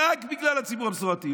רק בגלל הציבור המסורתי,